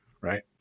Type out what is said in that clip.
right